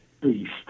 beast